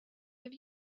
have